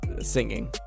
Singing